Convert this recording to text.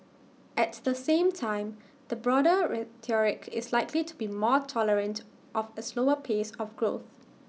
at the same time the broader rhetoric is likely to be more tolerant of A slower pace of growth